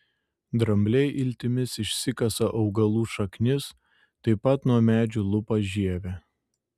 drambliai iltimis išsikasa augalų šaknis taip pat nuo medžių lupa žievę